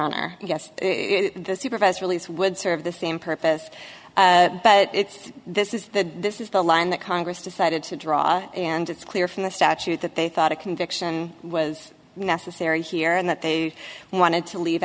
honor yes the supervised release would serve the same purpose but this is the this is the line that congress decided to draw and it's clear from the statute that they thought a conviction was necessary here and that they wanted to leave